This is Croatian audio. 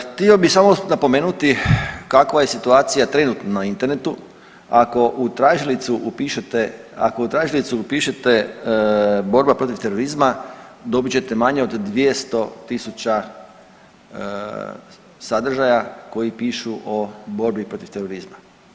Htio bi samo napomenuti kakva je situacija trenutno na internetu, ako u tražilicu upišete, ako u tražilicu upišete „borba protiv terorizma“ dobit ćete manje od 200 tisuća sadržaja koji pišu o borbi protiv terorizma.